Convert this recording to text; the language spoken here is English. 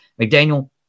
McDaniel